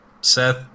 Seth